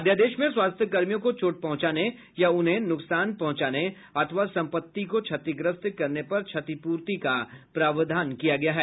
अध्यादेश में स्वास्थ्यकर्मियों को चोट पहुंचाने या उन्हें नुकसान पहुंचाने अथवा संपत्ति को क्षतिग्रस्त करने पर क्षतिपूर्ति का प्रावधान किया गया है